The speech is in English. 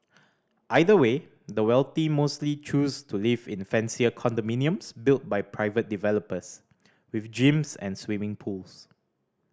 either way the wealthy mostly choose to live in fancier condominiums built by private developers with gyms and swimming pools